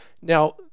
now